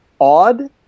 odd